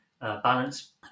balance